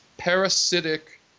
parasitic